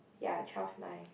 ya twelve nine